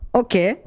okay